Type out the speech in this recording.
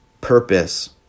purpose